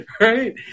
right